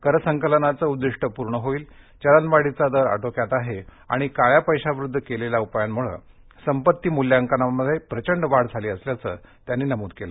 कर संकलनाचं उद्दिष्ट पूर्ण होईल चलनवाढीचा दर आटोक्यात आहे आणि काळ्या पैशाविरुद्ध केलेल्या उपायामुळ सपत्ती मूल्याकनामध्ये प्रचंड वाढ झाली असल्याचंही त्यांनी नमूद केलं